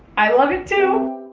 i love it too.